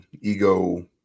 ego